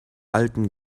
alten